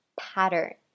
pattern